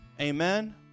Amen